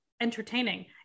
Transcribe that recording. entertaining